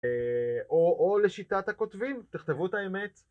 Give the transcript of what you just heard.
או לשיטת הכותבים, תכתבו את האמת.